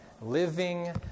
Living